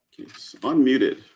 Unmuted